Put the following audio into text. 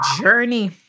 journey